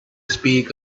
speak